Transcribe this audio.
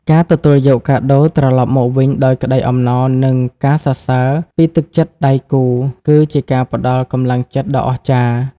ការទទួលយកកាដូត្រឡប់មកវិញដោយក្ដីអំណរ និងការសរសើរពីទឹកចិត្តដៃគូ គឺជាការផ្ដល់កម្លាំងចិត្តដ៏អស្ចារ្យ។